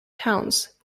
towns